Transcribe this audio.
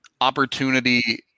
opportunity